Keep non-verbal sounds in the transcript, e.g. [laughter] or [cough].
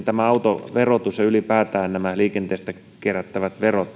[unintelligible] tämä autoverotus ja ylipäätään nämä liikenteestä kerättävät verot [unintelligible]